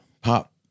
pop